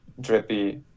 drippy